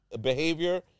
behavior